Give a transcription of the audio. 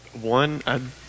One